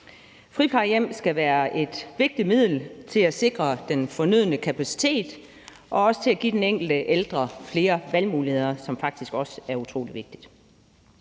Friplejehjem skal være et vigtigt middel til at sikre den fornødne kapacitet og til at give den enkelte ældre flere valgmuligheder, hvilket faktisk også er utrolig vigtigt.